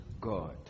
God